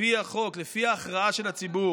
לפי החוק, לפי ההכרעה של הציבור.